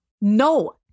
No